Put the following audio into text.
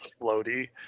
floaty